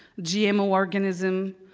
gmo organism,